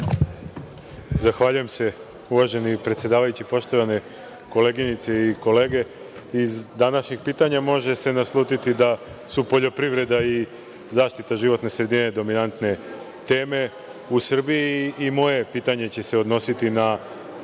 Zahvaljujem se uvaženi predsedavajući. Poštovane koleginice i kolege, iz današnjih pitanja može se naslutiti da su poljoprivreda i zaštita životne sredine dominantne teme u Srbiji i moje pitanje će se odnositi na